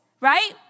right